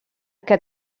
que